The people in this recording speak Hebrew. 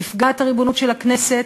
נפגעת הריבונות של הכנסת,